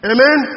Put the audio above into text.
Amen